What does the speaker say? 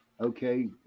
Okay